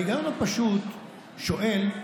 וההיגיון הפשוט שואל: